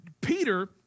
Peter